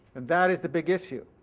and that is the big issue.